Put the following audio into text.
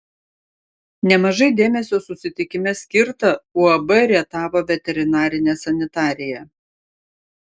nemažai dėmesio susitikime skirta uab rietavo veterinarinė sanitarija